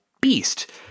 beast